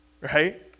Right